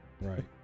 Right